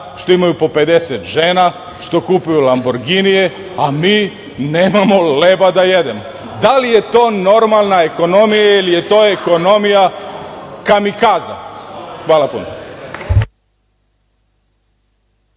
što imaju po 50 žena, što kupuju „Lamborginije“, a mi nemamo hleba da jedemo. Da li je to normalna ekonomija ili je to ekonomija kamikaza*Hvala puno.